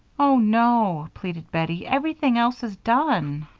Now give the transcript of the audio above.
oh, no, pleaded bettie. everything else is done.